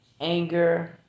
anger